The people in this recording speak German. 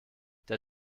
der